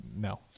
No